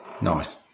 Nice